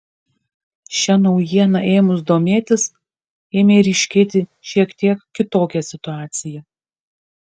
šia naujiena ėmus domėtis ėmė ryškėti šiek tiek kitokia situacija